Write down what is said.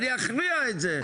אני אכריע את זה.